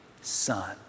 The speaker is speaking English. Son